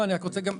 אני אבדוק.